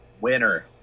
Winner